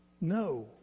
no